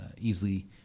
easily